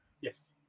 Yes